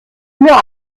mir